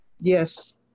Yes